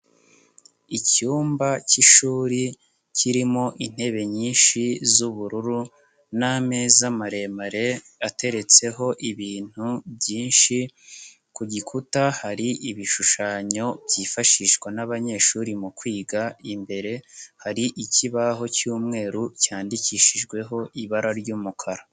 Icyumba cy'ishuri kirimo intebe nyinshi z'ubururu n'ameza maremare ateretseho ibintu byinshi, ku gikuta hari ibishushanyo byifashishwa n'abanyeshuri mu kwiga, imbere hari ikibaho cy'umweru cyandikishijweho ibara ry'umukara.